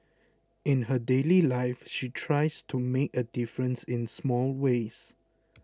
in her daily life she tries to make a difference in small ways